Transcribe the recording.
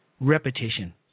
repetition